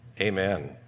amen